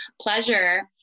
pleasure